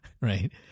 Right